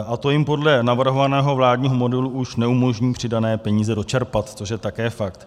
A to jim podle navrhovaného vládního modelu už neumožní přidané peníze dočerpat, což je také fakt.